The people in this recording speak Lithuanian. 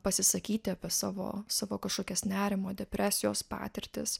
pasisakyti apie savo savo kažkokias nerimo depresijos patirtis